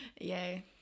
Yay